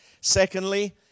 Secondly